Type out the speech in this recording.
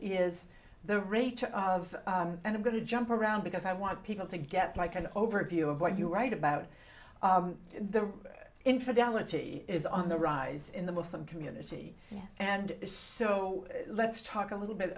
is the reach of and i'm going to jump around because i want people to get like an overview of what you write about the infidelity is on the rise in the muslim community and so let's talk a little bit